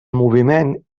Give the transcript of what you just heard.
moviment